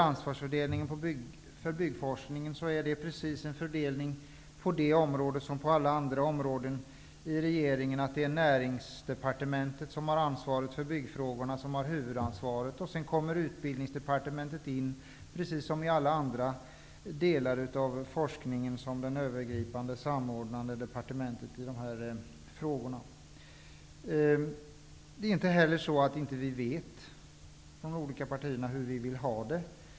Ansvarsfördelningen i fråga om byggforskningen är precis densamma som fördelningen på alla andra områden i regeringen, dvs. att det är Näringsdepartementet, som har ansvaret för byggfrågorna, som har huvudansvaret. Sedan kommer Utbildningsdepartementet in, precis som i alla andra delar av forskningen, som det övergripande, samordnande departementet. Det är inte heller så att vi i de olika partierna inte vet hur vi vill ha det.